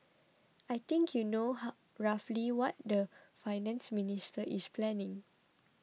I think you know hum roughly what the Finance Minister is planning